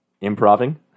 Improving